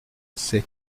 ces